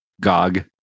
GOG